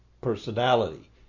personality